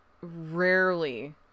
rarely